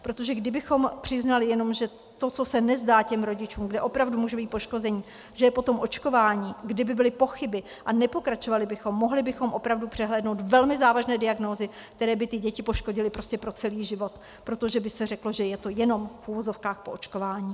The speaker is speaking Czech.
Protože kdybychom přiznali jenom, že to, co se nezdá těm rodičům, kde opravdu může být poškození, že je po tom očkování, kdyby byly pochyby a nepokračovali bychom, mohli bychom opravdu přehlédnout velmi závažné diagnózy, které by ty děti poškodily po celý život, protože by se řeklo, že je to jenom v uvozovkách po očkování.